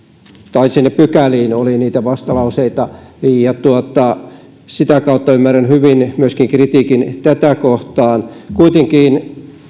tai sinne pykäliin oli niitä vastalauseita ja sitä kautta ymmärrän hyvin kritiikin myöskin tätä kohtaan kuitenkin